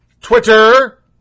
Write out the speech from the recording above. Twitter